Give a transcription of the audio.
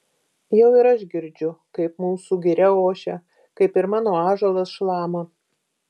jau ir aš girdžiu kaip mūsų giria ošia kaip ir mano ąžuolas šlama